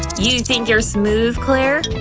you think you're smooth, claire?